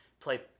play